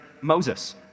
Moses